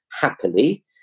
Happily